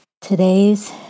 Today's